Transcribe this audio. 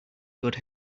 good